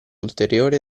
ulteriore